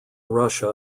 russia